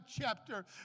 chapter